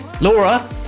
Laura